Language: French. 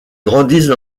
grandissent